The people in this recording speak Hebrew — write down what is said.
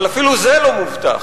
אבל אפילו זה לא מובטח.